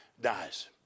dies